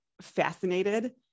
fascinated